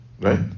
right